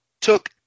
took